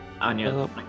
Anya